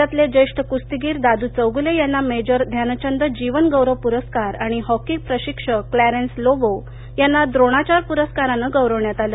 राज्यातले ज्येष्ठ कुस्तीगीर दादू चौगुले यांना मेजर ध्यानचंद जीवन गौरव पुरस्कार आणि हॉकी प्रशिक्षक क्लॅरेन्स लोबो यांना प्रोणाचार्य प्रस्कारानं गौरवण्यात आलं